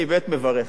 אני באמת מברך,